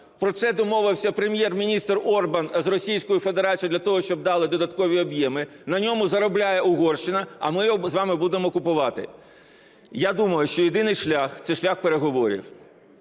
Про це домовився Прем’єр-міністр Орбан з Російською Федерацією для того, щоб дали додаткові об'єми, на ньому заробляє Угорщина, а ми його з вами будемо купувати. Я думаю, що єдиний шлях – це шлях переговорів.